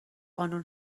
قانون